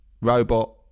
Robot